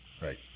Right